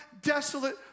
desolate